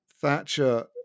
Thatcher